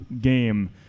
game